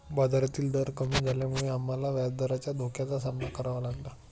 बाजारातील दर कमी झाल्यामुळे आम्हाला व्याजदराच्या धोक्याचा सामना करावा लागला